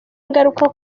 ingaruka